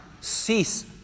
cease